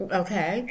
okay